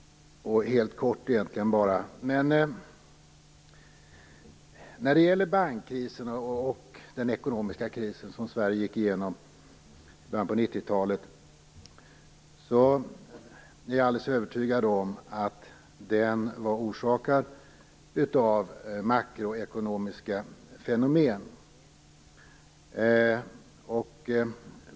Jag vill egentligen bara helt kort beröra detta. Jag är alldeles övertygad om att bankkrisen och den ekonomiska kris som Sverige gick igenom i början av 90-talet var orsakad av makroekonomiska fenomen.